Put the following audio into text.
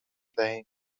دهیم